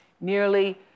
Nearly